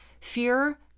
Fear